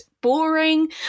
boring